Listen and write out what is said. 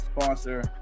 sponsor